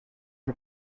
for